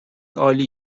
عالی